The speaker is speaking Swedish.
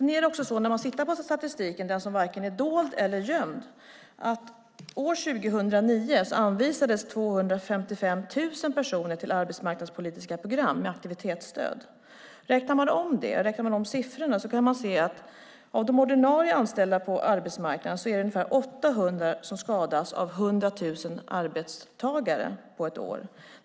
När man tittar på statistiken - den som är varken dold eller gömd - ser man att 255 000 personer anvisades till arbetsmarknadspolitiska program med aktivitetsstöd år 2009. Räknar man om siffrorna kan man se att av de ordinarie anställda på arbetsmarknaden är det ungefär 800 av 100 000 arbetstagare som skadas på ett år.